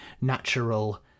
natural